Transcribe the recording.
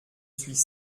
suis